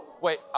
Wait